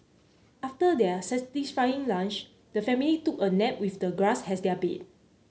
after their satisfying lunch the family took a nap with the grass as their bed